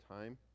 time